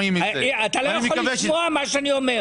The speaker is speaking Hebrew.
אתה לא יכול לשמוע מה אני אומר.